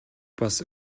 бас